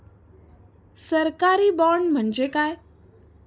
सरकारी बाँड म्हणजे काय?